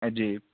جی